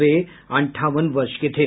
वे अंठावन वर्ष के थे